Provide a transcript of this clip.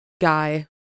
guy